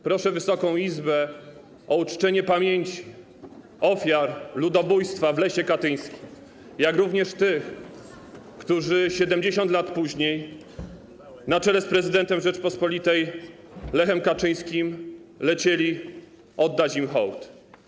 Proszę Wysoką Izbę o uczczenie pamięci ofiar ludobójstwa w lesie katyńskim, jak również tych, którzy 70 lat później, na czele z prezydentem Rzeczypospolitej Lechem Kaczyńskim, lecieli oddać im hołd.